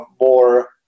more